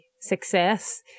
success